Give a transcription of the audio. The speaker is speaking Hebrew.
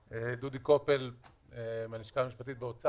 אני מן הלשכה המשפטית במשרד האוצר.